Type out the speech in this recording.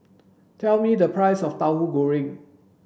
tell me the price of Tahu Goreng